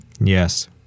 Yes